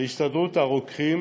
להסתדרות הרוקחים